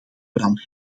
brand